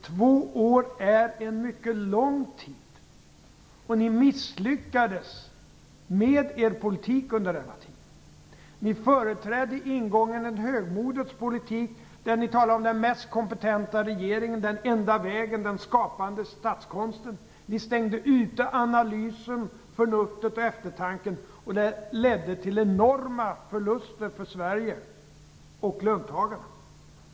Två år är en mycket lång tid, och ni misslyckades med er politik under den tiden. Ni företrädde i ingången en högmodets politik, där ni talade om den mest kompetenta regeringen, om den enda vägen och om den skapande statskonsten. Ni stängde ute analysen, förnuftet och eftertanken, och det ledde till enorma förluster för Sverige och löntagarna.